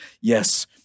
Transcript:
Yes